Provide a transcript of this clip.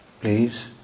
Please